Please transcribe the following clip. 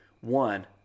one